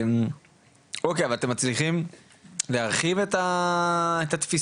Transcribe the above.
אוקי, אבל אתם מצליחים להרחיב את התפיסות?